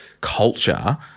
culture